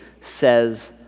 says